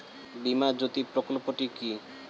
বীমা জ্যোতি প্রকল্পটি কি?